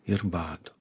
ir batų